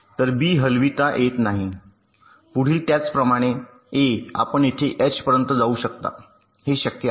तर बी हलविता येत नाही पुढील त्याचप्रमाणे ए आपण येथे एच पर्यंत जाऊ शकता हे शक्य आहे